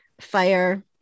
fire